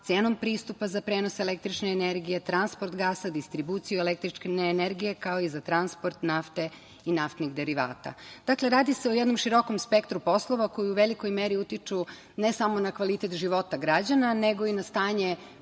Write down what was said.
cenom pristupa za prenos električne energije, transport gasa, distribuciju električne energije, kao i za transport nafte i naftnih derivata. Dakle, radi se o jednom širokom spektru poslova koji u velikoj meri utiči ne samo na kvalitet života građana, nego i na stanje